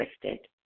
twisted